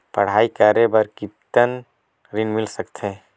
पढ़ाई करे बार कितन ऋण मिल सकथे?